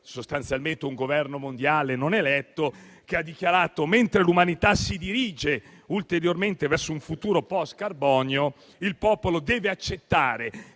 (sostanzialmente un governo mondiale non eletto), ha dichiarato che, mentre l'umanità si dirige ulteriormente verso un futuro *post* carbonio, il popolo deve accettare